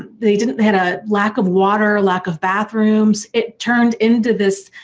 they didn't. had a lack of water or lack of bathrooms. it turned into this